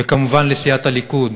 וכמובן לסיעת הליכוד,